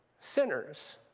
sinners